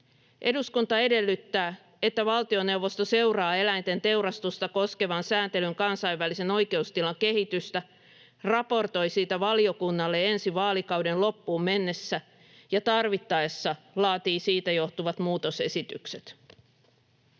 ”Eduskunta edellyttää, että valtioneuvosto seuraa eläinten teurastusta koskevan sääntelyn kansainvälisen oikeustilan kehitystä, raportoi siitä valiokunnalle ensi vaalikauden loppuun mennessä ja tarvittaessa laatii siitä johtuvat muutosesitykset.”